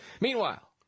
meanwhile